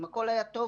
אם הכול היה טוב,